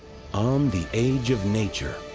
um the age of nature,